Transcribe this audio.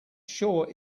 sure